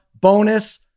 bonus